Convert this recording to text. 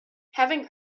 having